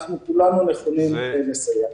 אנחנו כולנו נכונים לסייע.